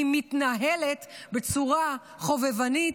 היא מתנהלת בצורה חובבנית,